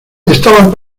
estaban